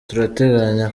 turateganya